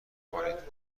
کنید